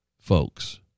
folks